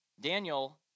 Daniel